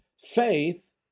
Faith